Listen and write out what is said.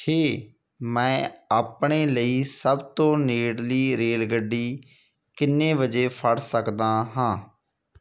ਹੇ ਮੈਂ ਆਪਣੇ ਲਈ ਸਭ ਤੋਂ ਨੇੜਲੀ ਰੇਲਗੱਡੀ ਕਿੰਨੇ ਵਜੇ ਫੜ ਸਕਦਾ ਹਾਂ